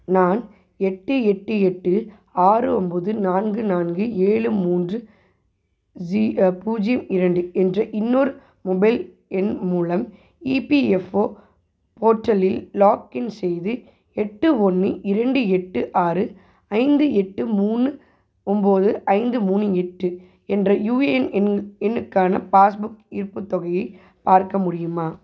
நான் எட்டு எட்டு எட்டு ஆறு ஒம்போது நான்கு நான்கு ஏழு மூன்று பூஜ்ஜியம் இரண்டு என்ற இன்னொரு மொபைல் எண் மூலம் இபிஎஃப்ஓ போர்ட்டலில் லாக்இன் செய்து எட்டு ஒன்று இரண்டு எட்டு ஆறு ஐந்து எட்டு மூணு ஒம்போது ஐந்து மூணு எட்டு என்ற யுஏஎன் எண் எண்ணுக்கான பாஸ்புக் இருப்புத் தொகையை பார்க்க முடியுமா